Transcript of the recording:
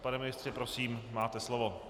Pane ministře, prosím, máte slovo.